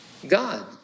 God